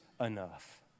enough